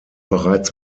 bereits